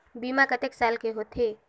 बीमा कतेक साल के होथे?